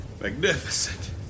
Magnificent